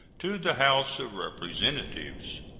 to the house of representatives